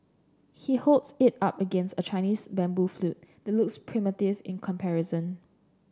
he holds it up against a Chinese bamboo flute the looks primitive in comparison